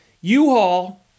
U-Haul